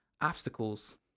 obstacles